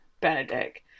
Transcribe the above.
benedict